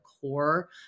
core